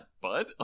bud